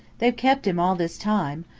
they've kept him all this time,